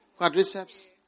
Quadriceps